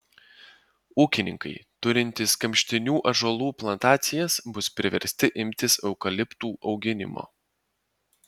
ūkininkai turintys kamštinių ąžuolų plantacijas bus priversti imtis eukaliptų auginimo